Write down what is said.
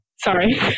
Sorry